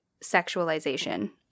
sexualization